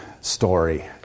story